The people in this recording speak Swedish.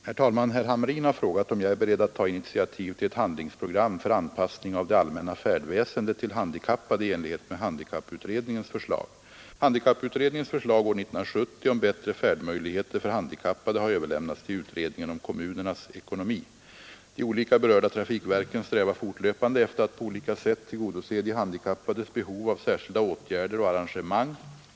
Herr talman! Herr Hamrin har frågat om jag är beredd att ta initiativ till ett handlingsprogram för anpassning av det allmänna färdväsendet till handikappade i enlighet med handikapputredningens förslag. Handikapputredningens förslag år 1970 om bättre färdmöjligheter för handikappade har överlämnats till utredningen om kommunernas ekonomi. De olika berörda trafikverken strävar fortlöpande efter att på olika sätt tillgodose de handikappades behov av särskilda åtgärder och arrangemang.